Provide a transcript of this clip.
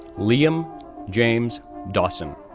liam james dawson,